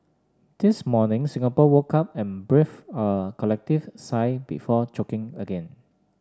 this morning Singapore woke up and breathed a collective sigh before choking again